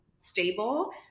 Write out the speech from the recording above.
stable